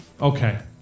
okay